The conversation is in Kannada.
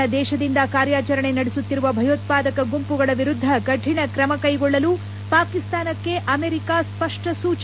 ತನ್ನ ದೇಶದಿಂದ ಕಾರ್ಯಾಚರಣೆ ನಡೆಸುತ್ತಿರುವ ಭಯೋತ್ವಾದಕ ಗುಂಪುಗಳ ವಿರುದ್ದ ಕಠಿಣ ಕ್ರಮ ಕೈಗೊಳ್ಳಲು ಪಾಕಿಸ್ತಾನಕ್ಕೆ ಅಮೆರಿಕ ಸ್ಪಷ್ಟ ಸೂಚನೆ